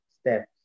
steps